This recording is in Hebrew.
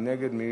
מי נגד?